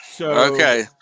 okay